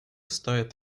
стоит